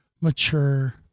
mature